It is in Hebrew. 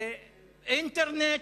אינטרנט,